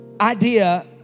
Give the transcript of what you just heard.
idea